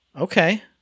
Okay